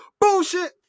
Bullshit